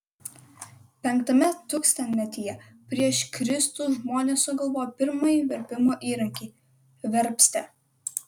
v tūkstantmetyje prieš kristų žmonės sugalvojo pirmąjį verpimo įrankį verpstę